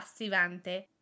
passivante